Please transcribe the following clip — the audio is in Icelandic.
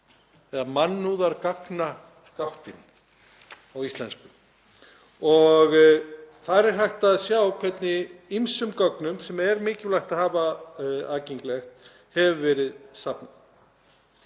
eða mannúðargagnagáttin á íslensku. Þar er hægt að sjá hvernig ýmsum gögnum, sem er mikilvægt að hafa aðgengileg, hefur verið safnað.